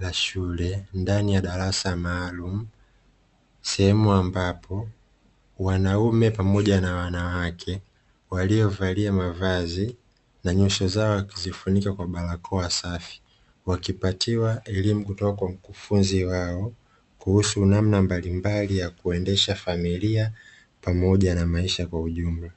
la shule ndani ya darasa maalumu, sehemu ambapo wanaume pamoja na wanawake waliovalia mavazi na nyuso zao wakizifunika kwa barakoa safi, wakipatiwa elimu kutoka kwa mkufunzi wao kuhusu namna mbalimbali ya kuendesha familia pamoja na maisha kwa ujumla.